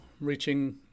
reaching